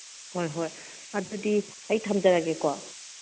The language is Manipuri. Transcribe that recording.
ꯍꯣꯏ ꯍꯣꯏ ꯑꯗꯨꯗꯤ ꯑꯩ ꯊꯝꯖꯔꯒꯦꯀꯣ